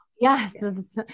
Yes